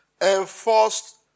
enforced